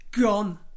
gone